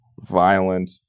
violent